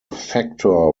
factor